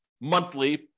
monthly